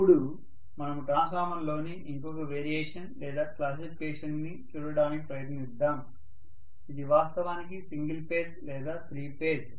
ఇపుడు మనము ట్రాన్స్ఫార్మర్లోని ఇంకొక వేరియేషన్ లేదా క్లాసిఫికేషన్ ని చూడటానికి ప్రయత్నిద్దాం ఇది వాస్తవానికి సింగిల్ ఫేజ్ లేదా త్రీ ఫేజ్